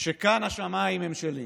"כאן השמיים הם שלי"